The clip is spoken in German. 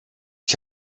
ich